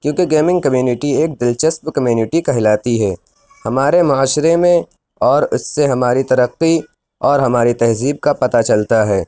کیوں کہ gaming community ایک دلچسپ کمیونٹی کہلاتی ہے ہمارے معاشرے میں اور اِس سے ہماری ترقی اور ہماری تہذیب کا پتہ چلتا ہے